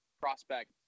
prospect